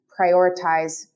prioritize